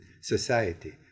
society